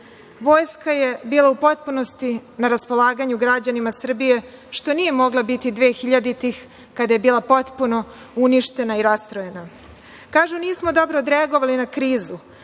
Vojska je bila u potpunosti na raspolaganju građanima Srbije, što nije mogla biti dvehiljaditih, kada je bila potpuno uništena i rastrojena. Kažu da nismo dobro odreagovali na krizu.